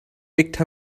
picked